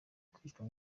kwicwa